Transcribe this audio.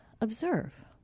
observe